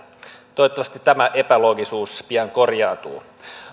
toivottavasti tämä epäloogisuus pian korjaantuu